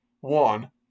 One